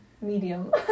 medium